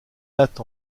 latte